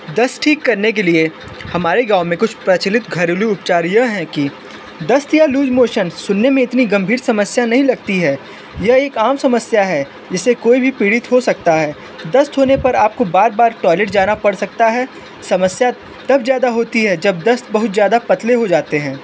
दस्त ठीक करने के लिय हमारे गाँव में कुछ प्रचलित घरेलू उपचार यह है की दस्त या लूज़ मोशन सुनने में इतनी गंभीर समस्या नहीं लगती है यह एक आम समस्या है जिससे कोई भी पीड़ित हो सकता है दस्त होने पर आपको बार बार टॉयलेट जाना पड़ सकता है समस्या तब ज़्यादा होती है जब दस्त बहुत ज़्यादा पतले हो जाते हैं